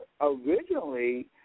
originally